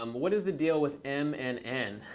um what is the deal with m and n?